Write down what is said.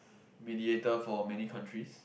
mediator for many countries